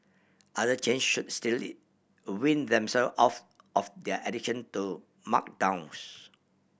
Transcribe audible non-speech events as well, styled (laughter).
other chain should still it a wean themself off of their addiction (unintelligible) markdowns